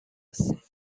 هستیم